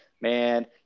man